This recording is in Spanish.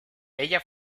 ella